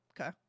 okay